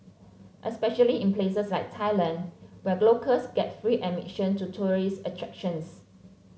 especially in places like Thailand where locals get free admission to tourist attractions